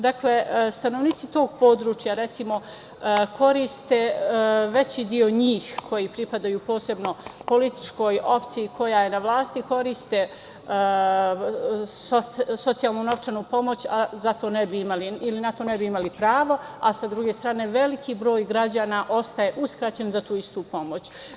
Dakle, stanovnici tog područja, recimo, koriste veći deo njih koji pripadaju, posebno političkoj opciji koja je na vlasti, koriste socijalnu novčanu pomoć, a za to ne bi imali ili na to ne bi imali pravo, a sa druge strane veliki broj građana ostaje uskraćen za tu istu pomoć.